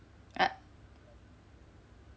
I